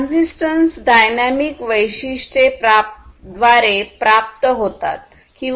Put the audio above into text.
ट्रान्जिन्टेस dynamic वैशिष्ट्य द्वारे प्राप्त होतात किंवा हस्तगत करतात